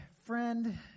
friend